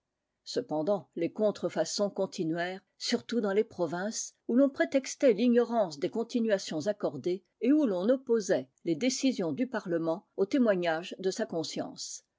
cependant les contrefaçons continuèrent surtout dans les provinces où l'on prétextait l'ignorance des continuations accordées et où l'on opposait les décisions du parlement au témoignage de sa conscience